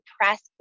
press